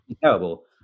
Terrible